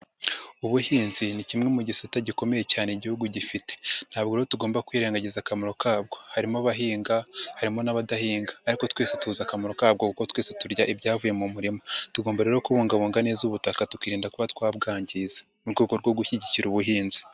Ubuhinzi ni kimwe mu gisate gikomeye cyane igihugu gifite. Ntabwo rero tugomba kwirengagiza akamaro kabwo. Harimo abahinga harimo n'abadahinga ariko twese tuzi akamaro kabwo kuko twese turya ibyavuye mu murima. Tugomba rero kubungabunga neza ubutaka, tukirinda kuba twabwangiza. Mu rwego rwo gushyigikira ubuhinzi.